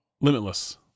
Limitless